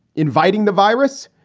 inviting the virus.